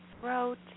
throat